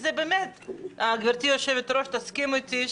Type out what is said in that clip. וגברתי היושבת-ראש תסכים איתי,